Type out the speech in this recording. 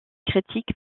critiques